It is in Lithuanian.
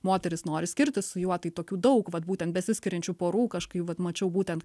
moteris nori skirtis su juo tai tokių daug vat būtent besiskiriančių porų kažkaip vat mačiau būtent